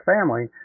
family